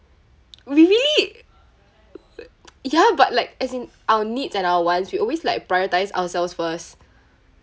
really ya but like as in our needs and our wants we always like prioritise ourselves first